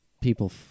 people